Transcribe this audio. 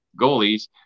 goalies